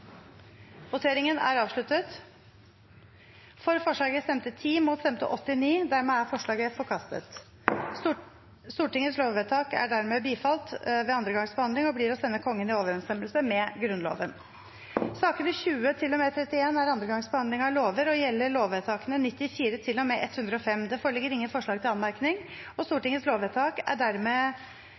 voteringen på nytt. Stortingets lovvedtak er dermed bifalt ved andre gangs behandling og blir å sende Kongen i overensstemmelse med Grunnloven. Sakene nr. 20–31 er andre gangs behandling av lovsaker og gjelder lovvedtakene 94 til og med 105. Det foreligger ingen forslag til anmerkning. Stortingets lovvedtak er dermed